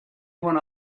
when